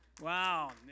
Wow